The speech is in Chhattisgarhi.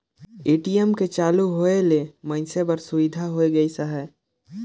ए.टी.एम के चालू होय ले मइनसे बर सुबिधा होय गइस हे